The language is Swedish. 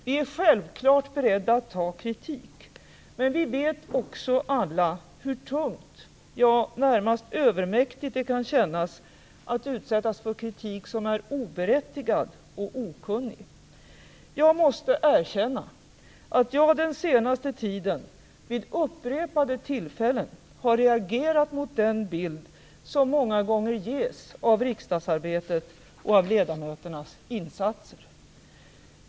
Vi är självfallet beredda att ta kritik, men vi vet också alla hur tungt, ja närmast övermäktigt, det kan kännas att utsättas för kritik som är oberättigad och okunnig. Jag måste erkänna att jag under den senaste tiden vid upprepade tillfällen har reagerat mot den bild som många gånger ges av riksdagsarbetet och av ledamöternas insatser.